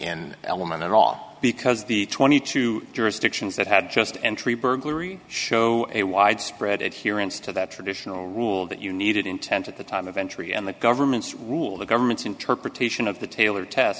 in element at all because the twenty two jurisdictions that had just entry burglary show a widespread it here insta that traditional rule that you needed intent at the time of entry and the government's rule the government's interpretation of the taylor test